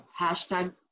hashtag